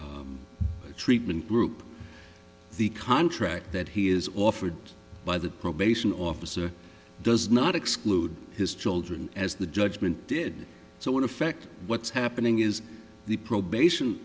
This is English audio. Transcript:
treatment group the contract that he is offered by the probation officer does not exclude his children as the judgment did so in effect what's happening is the probation